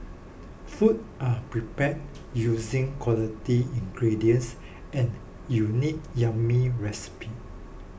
food are prepared using quality ingredients and unique yummy recipes